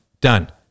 Done